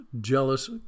jealous